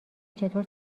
چطور